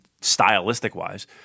stylistic-wise